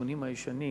בשיכונים הישנים,